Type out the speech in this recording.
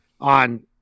on